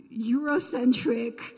Eurocentric